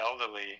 elderly